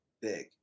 big